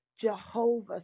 jehovah